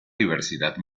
diversidad